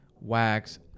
wax